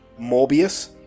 Morbius